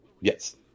Yes